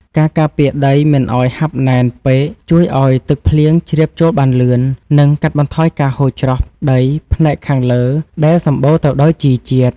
ការការពារដីមិនឱ្យហាប់ណែនពេកជួយឱ្យទឹកភ្លៀងជ្រាបចូលបានលឿន និងកាត់បន្ថយការហូរច្រោះដីផ្នែកខាងលើដែលសម្បូរទៅដោយជីជាតិ។